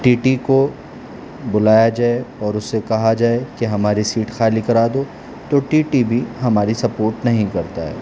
T T کو بلایا جائے اور اس سے کہا جائے کہ ہماری سیٹ خالی کرا دو تو ٹی ٹی بھی ہماری سپورٹ نہیں کرتا ہے